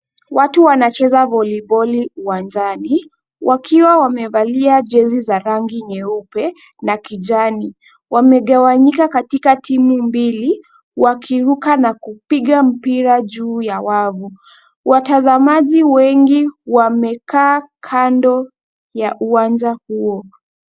Watu wanacheza voliboli uwanjani wakiwa wamevalia jezi za rangi nyeupe na kijani. Wamegawanyika katika timu mbili, wakiruka na kupiga mpira juu ya wavu . Watazamaji wengi wamekaa kando ya uwanja huo.